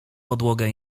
podłogę